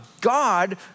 God